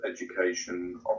education